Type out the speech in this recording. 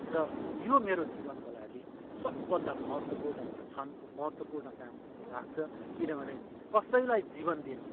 र यो मेरो जीवनको लागि सबभन्दा महत्त्वपूर्ण एउटा क्षण महत्त्वपूर्ण काम जस्तो लाग्छ किनभने कसैलाई जीवन दिनु